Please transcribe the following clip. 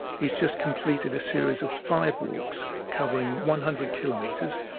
he's just completed a series of five walks covering one hundred kilometres,